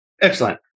Excellent